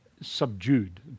subdued